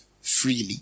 freely